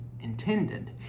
intended